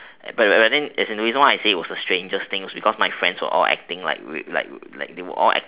but but but then as in the reason why I say it was the strangest thing is because my friends were all acting like with like with like they were all acting